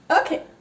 Okay